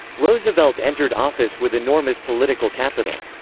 roosevelt entered office with enormous political capital.